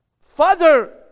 Father